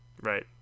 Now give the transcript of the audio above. Right